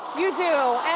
you do,